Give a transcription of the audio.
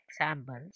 examples